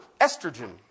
Estrogen